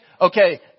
Okay